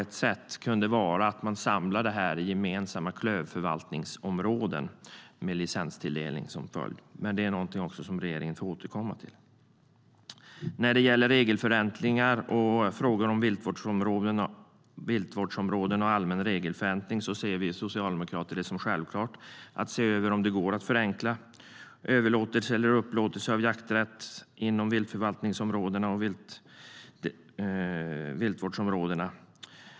Ett sätt kunde vara att samla dem i gemensamma klövförvaltningsområden med licenstilldelning som följd. Även det får regeringen återkomma med. När det gäller regelförenklingar beträffande viltvårdsområden och allmänna regelförenklingar ser vi socialdemokrater det som självklart att man ska se över om det går att förenkla överlåtelse eller upplåtelse av jakträtt inom viltförvaltningsområdena och viltvårdsområdena.